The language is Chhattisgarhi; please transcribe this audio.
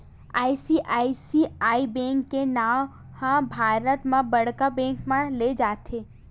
आई.सी.आई.सी.आई बेंक के नांव ह भारत म बड़का बेंक म लेय जाथे